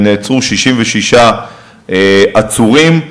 66 עצורים.